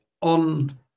on